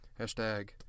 #Hashtag